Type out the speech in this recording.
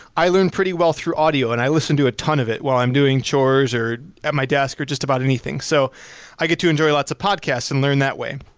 i learn pretty well through audio and i listen to a ton of it while i'm doing chores at my desk or just about anything, so i get to enjoy lots of podcasts and learn that way.